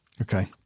Okay